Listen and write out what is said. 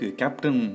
captain